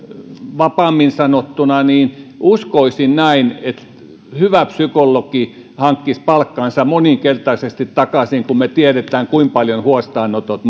vapaammin sanottuna uskoisin näin että hyvä psykologi hankkisi palkkansa moninkertaisesti takaisin kun me tiedämme kuinka paljon huostaanotot